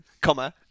Comma